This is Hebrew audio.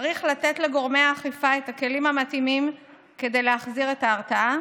צריך לתת לגורמי האכיפה את הכלים המתאימים כדי להחזיר את ההרתעה,